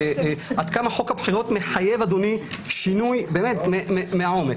עד כמה חוק הבחירות מחייב שינוי מהעומק.